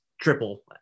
triple